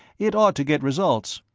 it ought to get results.